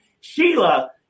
Sheila